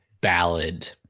ballad